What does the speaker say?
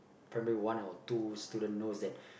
primary one or two student knows that